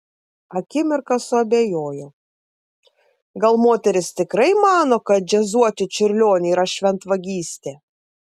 akimirką suabejojo gal moteris tikrai mano kad džiazuoti čiurlionį yra šventvagystė